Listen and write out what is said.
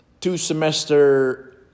two-semester